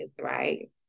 right